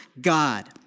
God